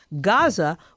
Gaza